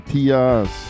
Tias